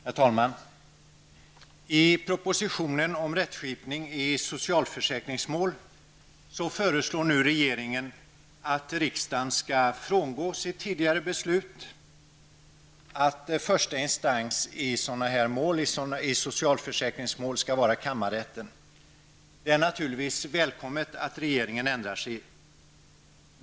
Herr talman! I propositionen om rättskipning i socialförsäkringsmål föreslår regeringen att riksdagen skall frångå sitt tidigare beslut att första instans i socialförsäkringsmål skall vara kammarrätten. Det är naturligtvis välkommet att regeringen ändrar sig.